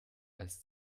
als